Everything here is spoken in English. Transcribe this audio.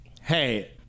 hey